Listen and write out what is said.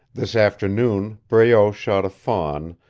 this afternoon breault shot a fawn,